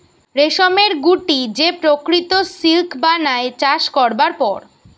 রেশমের গুটি যে প্রকৃত সিল্ক বানায় চাষ করবার পর